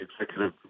executive